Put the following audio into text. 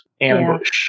ambush